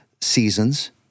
seasons